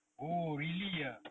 oh really ah